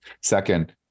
second